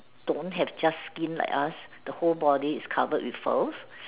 don't have just skin like us the whole body is covered with fur